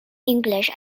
english